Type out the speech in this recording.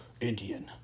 indian